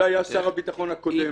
זה היה שר הביטחון הקודם.